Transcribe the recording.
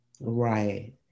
Right